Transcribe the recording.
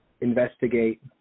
investigate